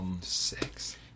Six